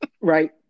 Right